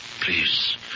please